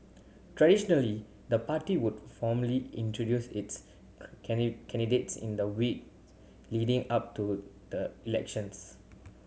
traditionally the party would formally introduce its candidates in the week leading up to the elections